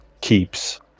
keeps